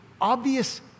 obvious